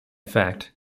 fact